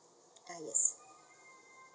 ah yes